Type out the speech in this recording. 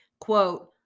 Quote